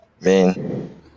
man